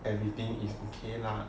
everything is ok lah